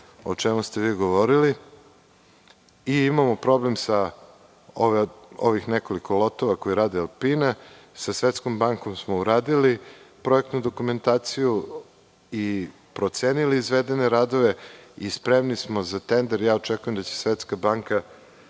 o čemu ste vi govorili. Imamo problem sa ovih nekoliko lotova koje radi „Alpina“. Sa Svetskom bankom smo uradili projektnu dokumentaciju i procenili izvedene radove i spremni smo za tender. Ja očekujem da će Svetska banka